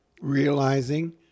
Realizing